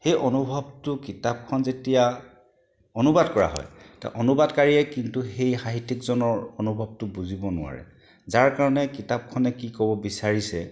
সেই অনুভৱটো কিতাপখন যেতিয়া অনুবাদ কৰা হয় তে অনুবাদকাৰীয়ে কিন্ত সেই সাহিত্যিকজনৰ অনুভৱটো বুজিব নোৱাৰে যাৰ কাৰণে কিতাপখনে কি ক'ব বিচাৰিছে